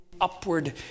upward